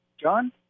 John